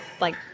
like-